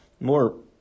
More